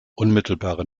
unmittelbare